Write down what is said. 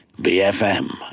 BFM